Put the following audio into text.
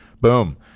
Boom